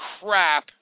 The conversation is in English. crap